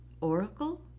oracle